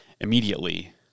Immediately